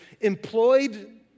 employed